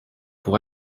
pour